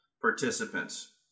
participants